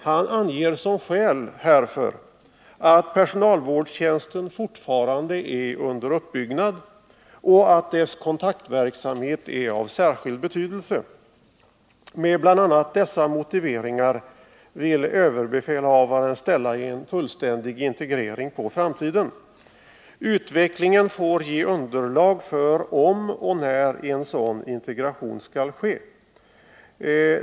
Han anger som skäl härför att personalvårdstjänsten fortfarande är under uppbyggnad och att dess kontaktverksamhet är av särskild betydelse. Med bl.a. dessa motiveringar vill överbefälhavaren ställa en fullständig integrering på framtiden. Utvecklingen får ge underlag för om och när en sådan integration skall ske.